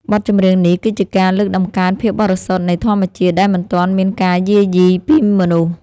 បទចម្រៀងនេះគឺជាការលើកតម្កើងភាពបរិសុទ្ធនៃធម្មជាតិដែលមិនទាន់មានការយាយីពីមនុស្ស។